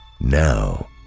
Now